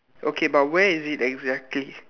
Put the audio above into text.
okay but where is it exactly